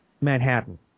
Manhattan